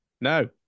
No